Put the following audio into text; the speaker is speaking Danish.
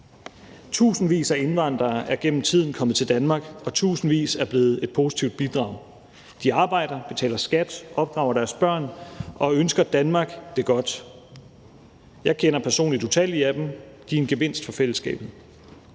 Tusindvis af indvandrere er gennem tiden kommet til Danmark, og tusindvis er blevet et positivt bidrag: De arbejder og betaler skat, opdrager deres børn og ønsker Danmark det godt. Jeg kender personligt utallige af dem, og de er en gevinst for fællesskabet.